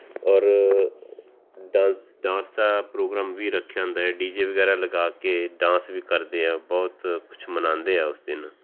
ਔਰ dance dance ਦਾ programme ਵੀ ਰੱਖਿਆ ਹੁੰਦਾ ਡੀ ਜੇ ਵਗੈਰਾ ਲਗਾ ਕੇ ਡਾਂਸ ਵੀ ਕਰਦੇ ਆ ਬਹੁਤ ਕੁਝ ਮਨਾਉਂਦੇ ਆ ਉਸ ਦਿਨ